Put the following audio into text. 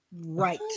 Right